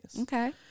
Okay